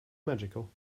magical